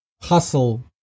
hustle